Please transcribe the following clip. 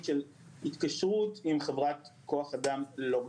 של התקשרות עם חברת כוח אדם ללא רישיון.